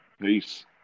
Peace